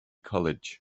college